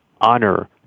honor